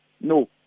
No